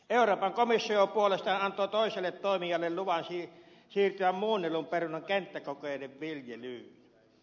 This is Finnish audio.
euroopan komissio puolestaan antoi toiselle toimijalle luvan siirtyä muunnellun perunan kenttäkoeviljelyyn